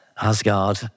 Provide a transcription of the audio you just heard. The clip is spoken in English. Asgard